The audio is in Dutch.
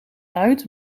uit